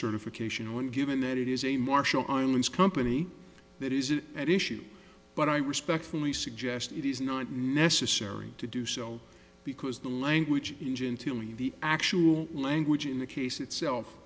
certification one given that it is a marshall islands company that is at issue but i respectfully suggest it is not necessary to do so because the language engine to leave the actual language in the case itself